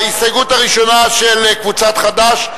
ההסתייגות הראשונה של קבוצת חד"ש,